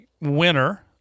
winner